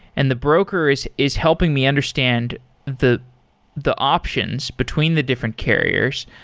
and the broker is is helping me understand the the options between the different carriers.